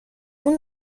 اون